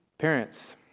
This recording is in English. Parents